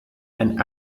and